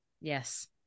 Yes